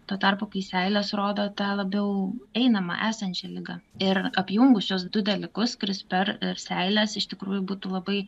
tuo tarpu kai seilės rodo tą labiau einama esančią ligą ir apjungus šiuos du dalykus krisper ir seiles iš tikrųjų būtų labai